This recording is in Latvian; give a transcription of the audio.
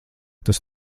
tas